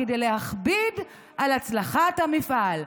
כדי להכביד על הצלחת המפעל".